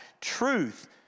truth